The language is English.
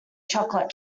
chocolate